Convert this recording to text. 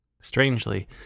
Strangely